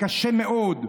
קשה מאוד,